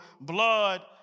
blood